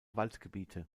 waldgebiete